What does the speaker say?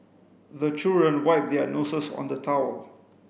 the children wipe their noses on the towel